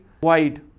wide